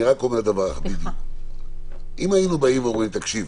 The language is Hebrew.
אם היינו באים ואומרים: תקשיבו,